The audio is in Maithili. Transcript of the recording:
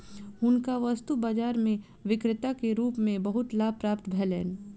हुनका वस्तु बाजार में विक्रेता के रूप में बहुत लाभ प्राप्त भेलैन